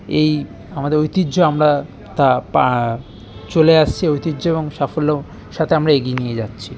এই আমাদের ঐতিহ্য আমরা তা পা চলে আসছে ঐতিহ্য এবং সাফল্যর সাথে আমরা এগিয়ে নিয়ে যাচ্ছি